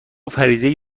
فرضیهای